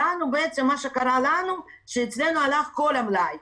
מה שקרה לנו, שאצלנו הלך כל המלאי.